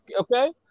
okay